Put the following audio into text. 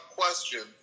question